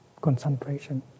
concentration